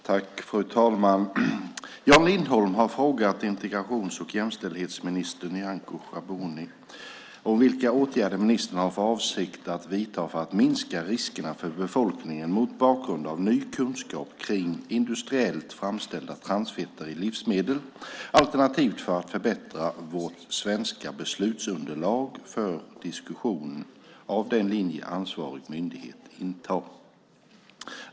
Fru talman! Jan Lindholm har frågat integrations och jämställdhetsminister Nyamko Sabuni om vilka åtgärder ministern har för avsikt att vidta för att minska riskerna för befolkningen mot bakgrund av ny kunskap kring industriellt framställda transfetter i livsmedel alternativt för att förbättra vårt svenska beslutsunderlag för diskussion av den linje ansvarig myndighet intar.